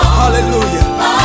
Hallelujah